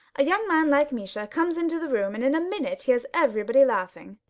a young man like misha comes into the room and in a minute he has everybody laughing.